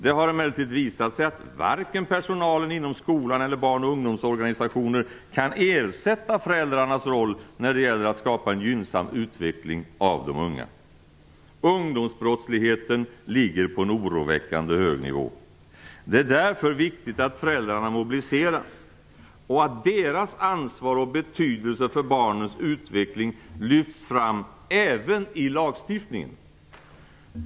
Det har emellertid visat sig att varken personalen inom skolan eller barn och ungdomsorganisationer kan ersätta föräldrarnas roll när det gäller att skapa en gynnsam utveckling av de unga. Ungdomsbrottsligheten ligger på en oroväckande hög nivå. Det är därför viktigt att föräldrarna mobiliseras och att deras ansvar och betydelse för barnens utveckling lyfts fram även i lagstiftningen.